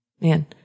Man